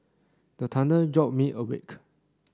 the thunder jolt me awake